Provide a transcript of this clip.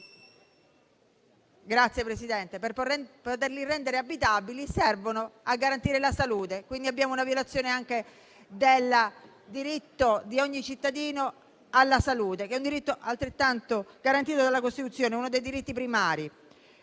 grandezza dei locali per poterli rendere abitabili, servono a garantire la salute. Quindi abbiamo anche una violazione del diritto di ogni cittadino alla salute, che è un diritto altrettanto garantito dalla Costituzione, uno dei diritti primari.